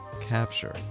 capture